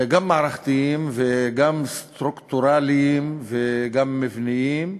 גם מערכתיים וגם סטרוקטורליים, גם מבניים,